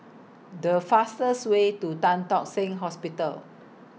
The fastest Way to Tan Tock Seng Hospital